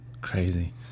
Crazy